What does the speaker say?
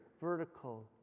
vertical